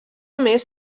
més